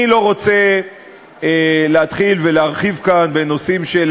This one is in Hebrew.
אני לא רוצה להתחיל ולהרחיב כאן בנושאים של